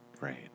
Right